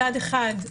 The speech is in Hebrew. מצד אחד,